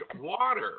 water